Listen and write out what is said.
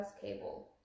cable